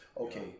Okay